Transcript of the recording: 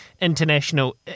international